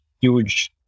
huge